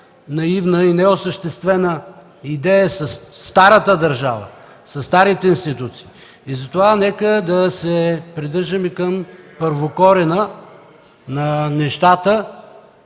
наивна и неосъществена идея, със старата държава, със старите институции. Затова нека да се придържаме към първокорена на нещата